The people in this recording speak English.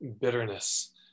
bitterness